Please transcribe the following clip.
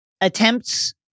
attempts